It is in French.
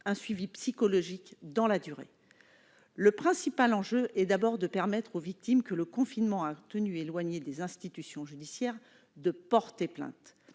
un suivi psychologique dans la durée. Le principal enjeu est d'abord de permettre aux victimes que le confinement a tenues éloignées des institutions judiciaires de porter plainte.